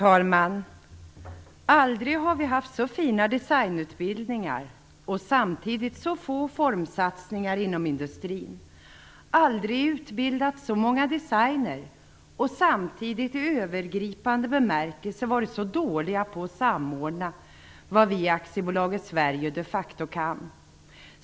Fru talman! Aldrig har vi haft så fina designutbildningar och samtidigt så få formsatsningar inom industrin, aldrig utbildat så många designer och samtidigt i övergripande bemärkelse varit så dåliga på att samordna vad vi i aktiebolaget Sverige de facto kan.